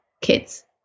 kids